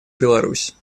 беларусь